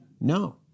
No